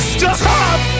Stop